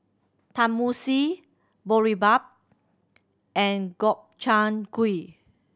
Tenmusu Boribap and Gobchang Gui